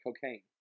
Cocaine